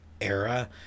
era